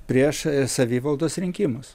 prieš savivaldos rinkimus